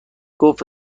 گفت